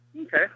Okay